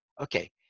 Okay